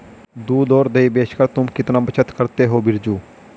दूध और दही बेचकर तुम कितना बचत करते हो बिरजू?